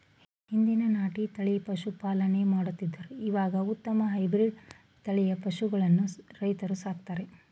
ಹಿಂದೆ ನಾಟಿ ತಳಿಯ ಪಶುಪಾಲನೆ ಮಾಡುತ್ತಿದ್ದರು ಇವಾಗ ಉತ್ತಮ ಹೈಬ್ರಿಡ್ ತಳಿಯ ಪಶುಗಳನ್ನು ರೈತ್ರು ಸಾಕ್ತರೆ